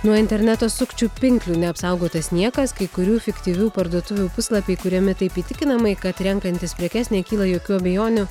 nuo interneto sukčių pinklių neapsaugotas niekas kai kurių fiktyvių parduotuvių puslapiai kuriami taip įtikinamai kad renkantis prekes nekyla jokių abejonių